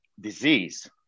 disease